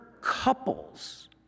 couples